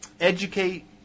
Educate